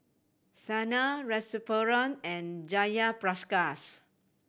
Sanal Rasipuram and Jayaprakash